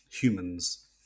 humans